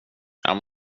jag